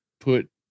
put